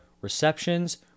receptions